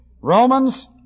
Romans